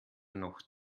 noch